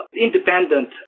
independent